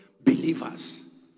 believers